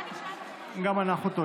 גם אנחנו טועים.